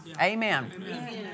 Amen